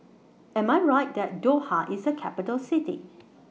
Am I Right that Doha IS A Capital City